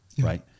right